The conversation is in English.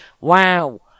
wow